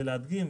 כדי להדגים,